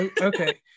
Okay